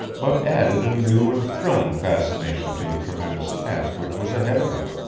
but added a new and thrilling fascination to the tremendous task which was ahead of him.